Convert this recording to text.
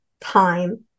time